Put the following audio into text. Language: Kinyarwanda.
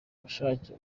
bushake